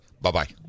Bye-bye